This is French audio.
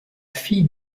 fille